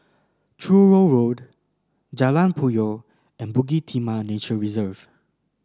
Truro Road Jalan Puyoh and Bukit Timah Nature Reserve